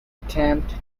attempt